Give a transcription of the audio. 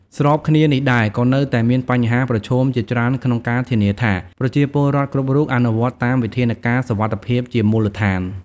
ស្របគ្នានេះដែរ ក៏នៅតែមានបញ្ហាប្រឈមជាច្រើនក្នុងការធានាថា ប្រជាពលរដ្ឋគ្រប់រូបអនុវត្តតាមវិធានការសុវត្ថិភាពជាមូលដ្ឋាន។